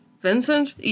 Vincent